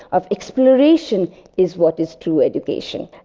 of exploration is what is true education.